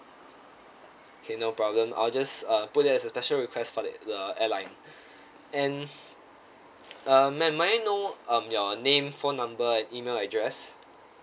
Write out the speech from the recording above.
K no problem I'll just uh put there as a special request for the airline and uh ma'am might I know um your name phone number and email address